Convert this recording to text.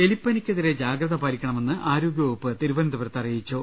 എലിപ്പനിക്കെതിരെ ജാഗ്രത പാലിക്കണമെന്ന് ആരോഗ്യവകുപ്പ് തിരുവനന്തപുരത്ത് അറിയിച്ചു